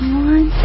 one